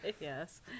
yes